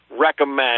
recommend